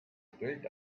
built